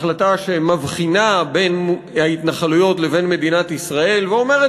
החלטה שמבחינה בין ההתנחלויות לבין מדינת ישראל ואומרת